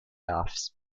offs